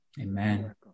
Amen